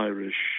Irish